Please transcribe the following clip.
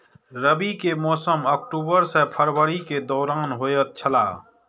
रबी के मौसम अक्टूबर से फरवरी के दौरान होतय छला